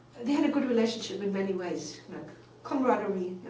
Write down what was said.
they had a good relationship in many ways, like camaraderie.